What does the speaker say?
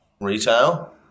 retail